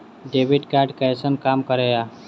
Debit card कैसन काम करेया?